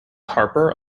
harper